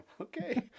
Okay